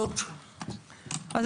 הצבעה בעד מיעוט נגד רוב גדול נפלה.